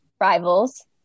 Rivals